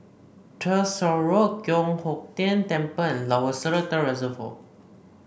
Tyersall Road Giok Hong Tian Temple and Lower Seletar Reservoir